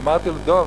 אמרתי לו: דב,